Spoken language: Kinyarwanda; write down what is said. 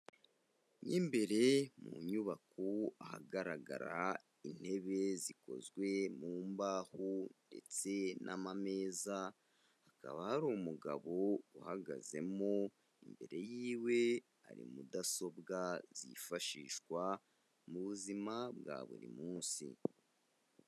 Mo imbere mu nyubako ahagaragara intebe zikozwe mu mbaho ndetse n'amameza, hakaba hari umugabo uhagazemo, imbere y'iwe hari mudasobwa zifashishwa mu buzima bwa buri munsi.